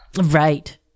Right